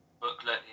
booklet